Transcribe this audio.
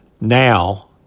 now